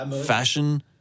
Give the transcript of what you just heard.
fashion